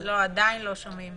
שגם הם נשואים,